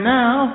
now